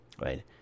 right